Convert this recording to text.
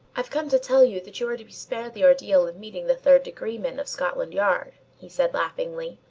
i've come to tell you that you are to be spared the ordeal of meeting the third degree men of scotland yard, he said laughingly,